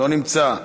לא נמצא,